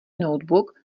notebook